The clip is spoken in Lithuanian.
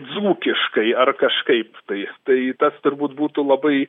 dzūkiškai ar kažkaip tais tai tas turbūt būtų labai